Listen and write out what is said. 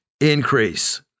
increase